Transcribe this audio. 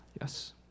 Yes